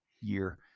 year